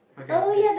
okay good